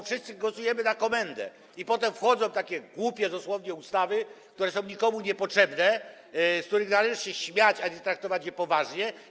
Wszyscy głosujemy na komendę i potem wchodzą takie głupie dosłownie ustawy, które są nikomu niepotrzebne, z których należy się śmiać, a nie traktować je poważnie.